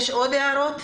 יש עוד הערות?